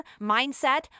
mindset